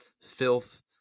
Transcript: filth